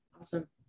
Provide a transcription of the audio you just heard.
Awesome